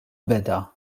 beda